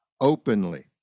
openly